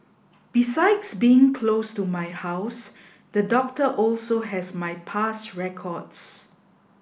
besides being close to my house the doctor also has my past records